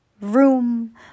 Room